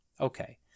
Okay